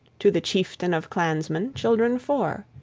to the chieftain of clansmen, children four